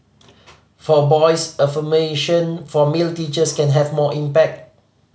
for boys affirmation from male teachers can have more impact